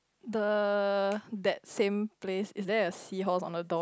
the that same place is there a seahorse on the door